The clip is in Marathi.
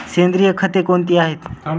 सेंद्रिय खते कोणती आहेत?